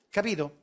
Capito